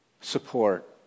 support